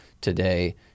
today